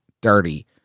dirty